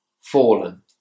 fallen